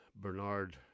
Bernard